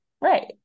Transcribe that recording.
Right